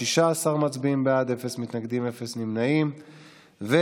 התש"ף 2020. יעלה